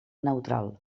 neutral